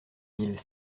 mille